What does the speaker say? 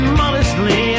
modestly